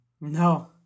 No